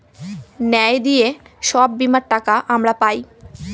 ন্যায় দিয়ে সব বীমার টাকা আমরা পায়